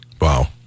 Wow